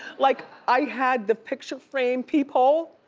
like i had the picture frame peephole.